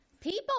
People